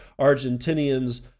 Argentinians